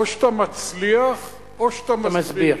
או שאתה מצליח או, שאתה מסביר.